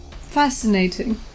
Fascinating